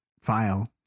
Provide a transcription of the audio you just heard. file